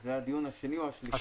זה הדיון השלישי.